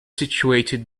situated